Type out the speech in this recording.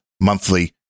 monthly